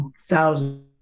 thousands